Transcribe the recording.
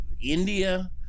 india